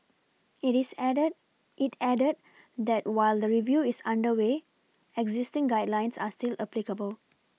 it is added it added that while the review is under way existing guidelines are still applicable